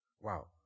Wow